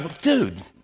Dude